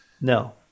No